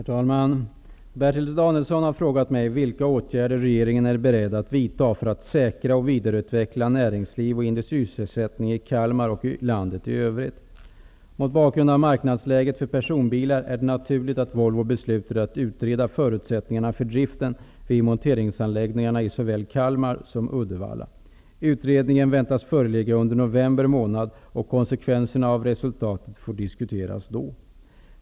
Herr talman! Bertil Danielsson har frågat mig vilka åtgärder regeringen är beredd att vidta för att säkra och vidareutveckla näringsliv och industrisysselsättning i Kalmar och i landet i övrigt. Mot bakgrund av marknadsläget för personbilar är det naturligt att Volvo beslutat att utreda förutsättningarna för driften vid monteringsanläggningarna i såväl Kalmar som Uddevalla. Utredningen väntas föreligga under november månad och konsekvenserna av resultatet får diskuteras då.